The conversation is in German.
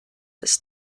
ist